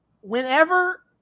whenever